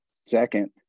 second